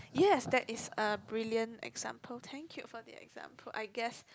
yes that is a brilliant example thank you for the example I guess